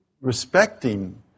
respecting